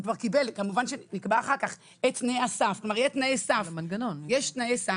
וכמובן שנקבע אחר כך את תנאי הסף במנגנון הסף,